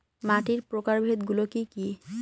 মাটির প্রকারভেদ গুলো কি কী?